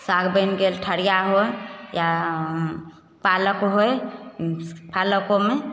साग बनि गेल ठढ़िआ होइ या पालक होइ पालकोमे